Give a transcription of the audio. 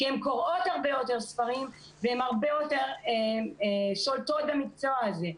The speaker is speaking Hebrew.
כי הן קוראות הרבה יותר ספרים והן הרבה יותר שולטות במקצוע הזה.